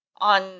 on